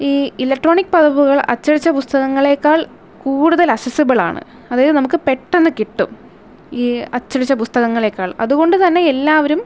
ഈ ഇലക്ട്രോണിക് പതിപ്പുകൾ അച്ചടിച്ച പുസ്തകങ്ങളെക്കാൾ കൂടുതൽ ആക്സസബിളാണ് അതായത് നമുക്ക് പെട്ടെന്ന് കിട്ടും ഈ അച്ചടിച്ച പുസ്തകങ്ങളെക്കാൾ അതുകൊണ്ടുതന്നെ എല്ലാവരും